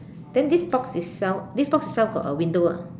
then this box itself this box itself got a window ah